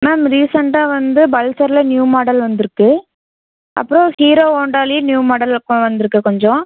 ma'am ரீசண்ட்டாக வந்து பல்சர்லில் நியூ மாடல் வந்துருக்கு அப்புறம் ஹீரோ ஹோண்டாலையும் நியூ மாடல் இப்போ வந்துருக்கு கொஞ்சம்